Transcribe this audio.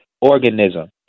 organism